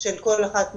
של כל אחת מהמסגרות,